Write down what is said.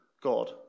God